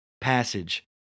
passage